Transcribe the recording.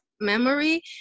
Memory